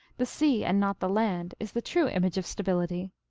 the sea, and not the land, is the true image of stability.